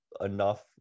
enough